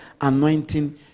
anointing